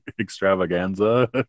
extravaganza